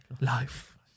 life